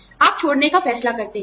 आप छोड़ने का फैसला करते हैं